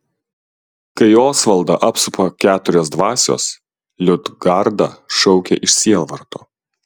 kai osvaldą apsupa keturios dvasios liudgarda šaukia iš sielvarto